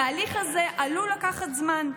התהליך הזה עלול לקחת זמן.